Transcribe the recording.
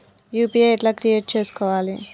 UPI ఎట్లా create చేసుకోవాలి?